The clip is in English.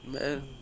man